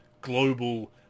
global